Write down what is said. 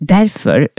Därför